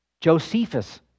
Josephus